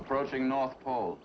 approaching north pole